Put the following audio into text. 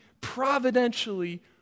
providentially